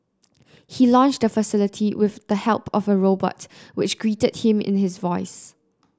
he launched the facility with the help of a robot which greeted him in his voice